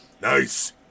Nice